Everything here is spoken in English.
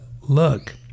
look